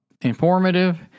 informative